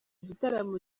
gitaramo